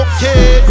Okay